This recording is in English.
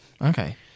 Okay